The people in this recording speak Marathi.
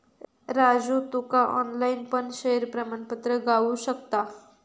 राजू तुका ऑनलाईन पण शेयर प्रमाणपत्र गावु शकता